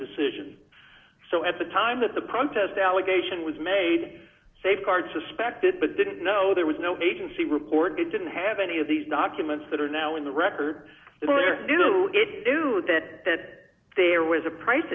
decision so at the time that the protest allegation was made safeguard suspected but didn't know there was no agency reporting it didn't have any of these documents that are now in the record do it do that that there was a price